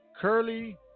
Curly